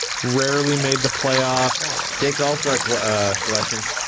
rarely made the playoffs. six all-star selections.